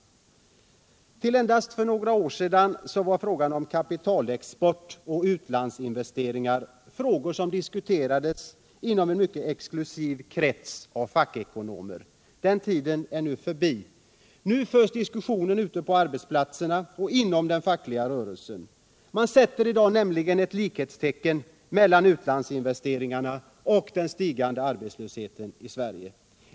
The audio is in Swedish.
Till endast för något år sedan var kapitalexport och utlandsinvesteringar frågor som diskuterades inom en exklusiv krets av fackekonomer. Den tiden är förbi. Nu förs diskussionen på arbetsplatserna och inom den fackliga rörelsen. Man sätter nämligen likhetstecken mellan utlandsinvesteringarna och den stigande arbetslösheten i Sverige.